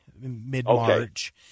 mid-March